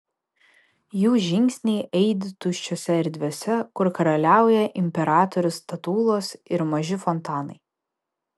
jų žingsniai aidi tuščiose erdvėse kur karaliauja imperatorių statulos ir maži fontanai